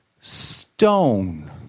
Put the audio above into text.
stone